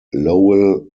lowell